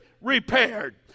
repaired